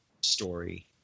story